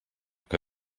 que